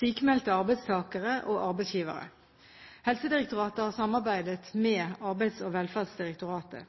sykmeldte arbeidstakere og arbeidsgivere. Helsedirektoratet har samarbeidet med Arbeids- og velferdsdirektoratet.